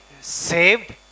saved